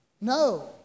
No